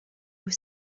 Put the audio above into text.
were